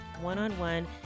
one-on-one